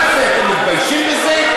מה זה, אתם מתביישים בזה?